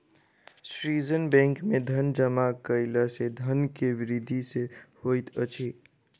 सृजन बैंक में धन जमा कयला सॅ धन के वृद्धि सॅ होइत अछि